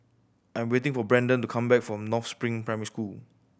I'm waiting for Brandan to come back from North Spring Primary School